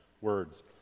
words